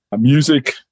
music